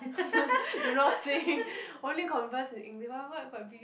do not sing only converse in Engl~